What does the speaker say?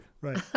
Right